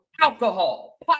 alcohol